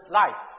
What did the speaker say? life